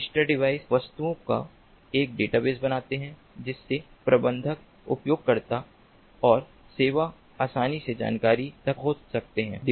register device वस्तुओं का एक डेटाबेस बनाते हैं जिससे प्रबंधक उपयोगकर्ता और सेवाएं आसानी से जानकारी तक पहुंच सकते हैं